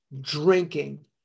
drinking